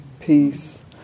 Peace